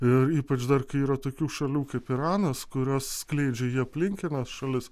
ir ypač dar kai yra tokių šalių kaip iranas kurios skleidžia į aplinkines šalis